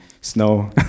snow